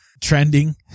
trending